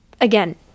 Again